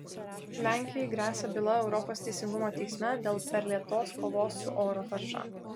lenkijai gresia byla europos teisingumo teisme dėl per lėtos kovos su oro tarša